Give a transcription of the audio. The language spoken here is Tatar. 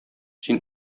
син